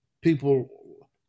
people